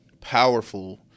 powerful